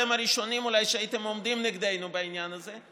אתם הראשונים שהיו עומדים נגדנו בעניין הזה,